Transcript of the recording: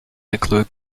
include